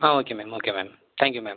ah okay ma'am okay ma'am thank you ma'am